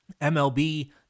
MLB